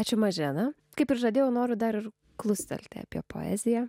ačiū mažena kaip ir žadėjau noriu dar klustelti apie poeziją